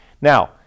Now